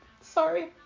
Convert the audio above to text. Sorry